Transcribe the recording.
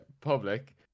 public